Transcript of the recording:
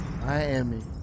Miami